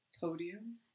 podium